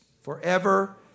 forever